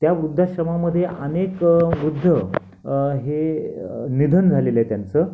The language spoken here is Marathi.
त्या वृद्धाश्रमामध्ये अनेक वृद्ध हे निधन झालेलं आहे त्यांचं